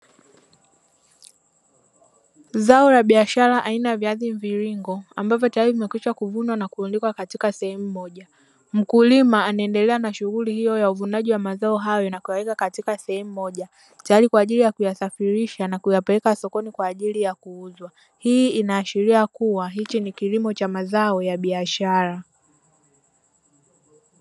Zao la biashara aina ya viazi mviringo ambavyo tayari vimekwisha kuvunwa na kulundikwa katika sehemu moja, mkulima anaendelea na shughuli hiyo ya uvunaji wa mazao hayo na kuyaweka katika sehemu moja tayari kwa ajili ya na kuyapeleka sokoni kwa ajili ya kuuzwa. Hii inaashiria kuwa hichi ni kilimo cha mazao ya biashara.